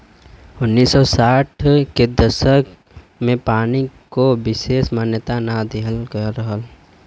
उन्नीस सौ साठ के दसक में पानी को विसेस मान्यता ना दिहल गयल रहल